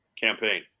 campaign